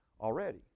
already